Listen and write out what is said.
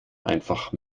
einfach